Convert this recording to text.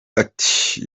tuty